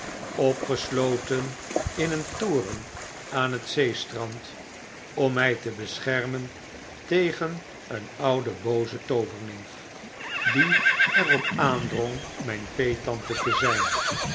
opgesloten in een toren aan het zeestrand om my te beschermen tegen een oude booze toovernimf die er op aandrong myn peet tante te zijn